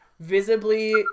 visibly